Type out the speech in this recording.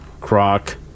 Croc